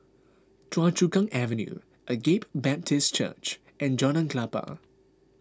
Choa Chu Kang Avenue Agape Baptist Church and Jalan Klapa